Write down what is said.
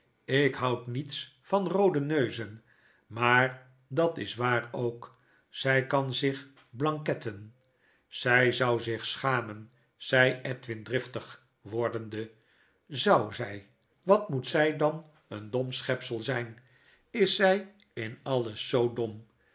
ik houd niets van roode neuzen maar dat s waar ook zy kan zich blanketten zy zou zich schamen zegt edwin driftig wordende zou zy wat moet zy dan een dom schepsel zijn is zy in alles zoo dom